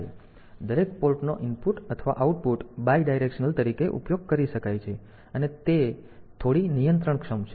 અને દરેક પોર્ટનો ઇનપુટ અથવા આઉટપુટ બાયડાયરેક્શનલ તરીકે ઉપયોગ કરી શકાય છે અને તે એ પણ છે કે તે થોડી નિયંત્રણક્ષમ છે